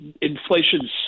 inflation